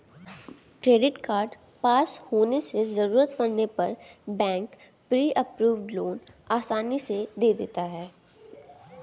credit card पास होने से जरूरत पड़ने पर बैंक प्री अप्रूव्ड लोन आसानी से दे देता है